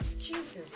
jesus